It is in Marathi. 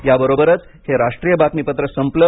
याबरोबरच हे राष्ट्रीय बातमीपत्र संपलं